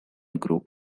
group